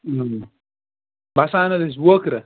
بَسان حظ ٲسۍ ووکرٕ